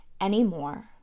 anymore